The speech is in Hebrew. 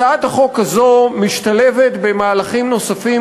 הצעת החוק הזאת משתלבת במהלכים נוספים,